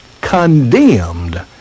condemned